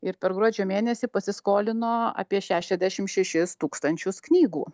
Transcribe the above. ir per gruodžio mėnesį pasiskolino apie šešiasdešimt šeši tūkstančius knygų